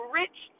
rich